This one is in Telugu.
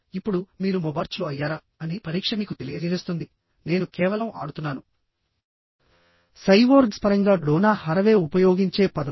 ఇప్పుడు మీరు మొబార్చ్లు అయ్యారా అని పరీక్ష మీకు తెలియజేస్తుందినేను కేవలం ఆడుతున్నాను సైబోర్గ్స్ పరంగా డోనా హరవే ఉపయోగించే పదం